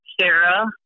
Sarah